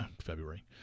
February